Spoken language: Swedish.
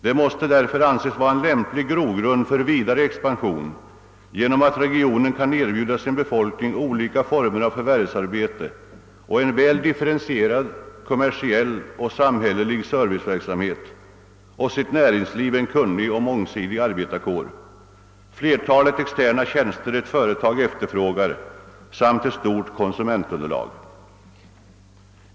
Det måste anses vara en lämplig grogrund för vidare expansion genom att regionen kan erbjuda sin befolkning olika former av förvärvsarbete och en väl differentierad kommersiell och samhällelig serviceverksamhet och sitt näringsliv en mångsidig och kunnig arbetarkår, flertalet externa tjänster ett företag efterfrågar samt ett brett konsumentunderlag.